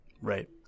Right